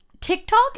TikTok